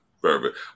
Perfect